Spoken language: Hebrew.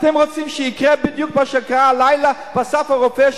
אתם רוצים שיקרה בדיוק מה שקרה הלילה ב"אסף הרופא",